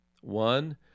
One